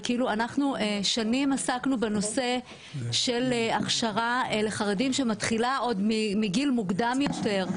אנחנו שנים עסקנו בנושא של הכשרה לחרדים שמתחילה עוד מגיל מוקדם יותר,